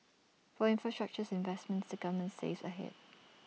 for infrastructure investments the government saves ahead